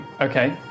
Okay